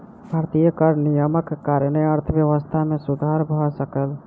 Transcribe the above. भारतीय कर नियमक कारणेँ अर्थव्यवस्था मे सुधर भ सकल